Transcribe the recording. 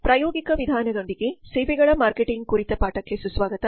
ಪ್ರಾಯೋಗಿಕ ವಿಧಾನದೊಂದಿಗೆ ಸೇವೆಗಳ ಮಾರ್ಕೆಟಿಂಗ್ ಕುರಿತ ಪಾಠಕ್ಕೆ ಸುಸ್ವಾಗತ